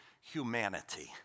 humanity